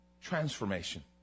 Transformation